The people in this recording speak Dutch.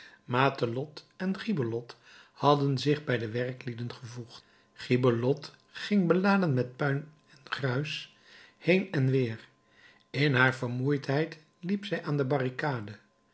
matelotte en gibelotte hadden zich bij de werklieden gevoegd gibelotte ging beladen met puin en gruis heen en weer in haar vermoeidheid hielp zij aan de barricade